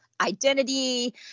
identity